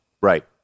right